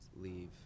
leave